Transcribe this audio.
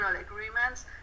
agreements